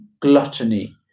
Gluttony